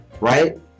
right